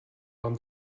vám